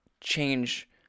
change